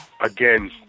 again